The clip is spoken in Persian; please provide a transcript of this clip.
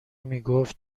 میگفت